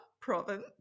province